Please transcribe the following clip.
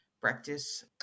practice